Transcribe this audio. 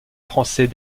français